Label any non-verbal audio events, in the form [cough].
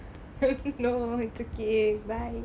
[laughs] no it's okay bye